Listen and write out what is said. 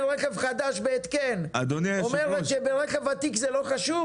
מדינה שמוכנה לממן התקן ברכב חדש אומרת שברכב ותיק זה לא חשוב?